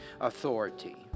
authority